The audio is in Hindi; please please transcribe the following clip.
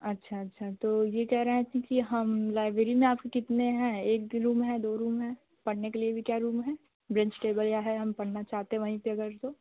अच्छा अच्छा तो यह कह रहे थे कि हम लाइब्रेरी में आपके कितने हैं एक रूम है दो रूम है पढ़ने के लिए भी क्या रूम है बेंच टेबल या है हम पढ़ना चाहते वहीं पर अगर तो